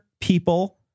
people